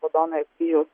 raudonojo kryžiaus